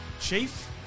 Chief